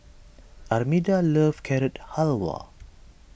Armida loves Carrot Halwa